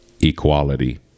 Equality